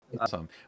Awesome